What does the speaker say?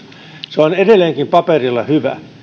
se on edelleenkin paperilla hyvä